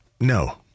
No